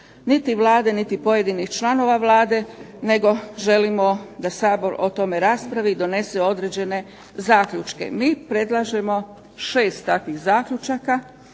niti Vlade, niti pojedinih članova Vlade nego želimo da Sabor o tome raspravi i donosi određene zaključke. MI predlažemo 6 takvih zaključaka,